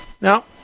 Now